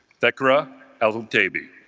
thakura al thobeti